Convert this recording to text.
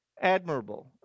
admirable